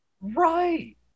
Right